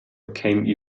became